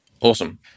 Awesome